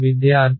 విద్యార్థి g 1